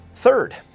Third